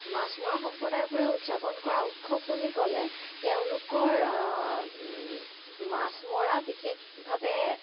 মাছমৰা সম্প্ৰদায়ৰ পৰা উদযাপন কৰা উৎসৱবোৰ বুলি ক'লে তেওঁলোকৰ মাছ মৰা বিশেষভাৱে